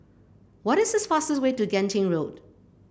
what is the fastest way to Genting Road